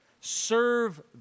Serve